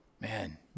Man